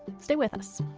stay with us